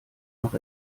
noch